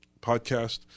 podcast